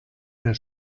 der